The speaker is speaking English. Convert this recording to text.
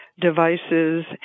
devices